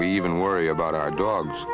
we even worry about our dogs